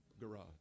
garage